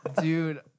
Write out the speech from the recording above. dude